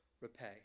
repay